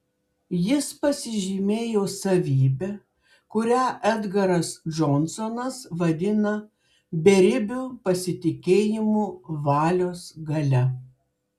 jis pasižymėjo savybe kurią edgaras džonsonas vadina beribiu pasitikėjimu valios galia